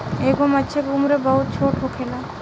एगो मछर के उम्र बहुत छोट होखेला